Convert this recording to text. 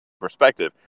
perspective